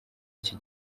iki